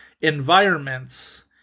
environments